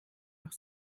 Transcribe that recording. doch